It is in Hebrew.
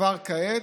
כבר כעת.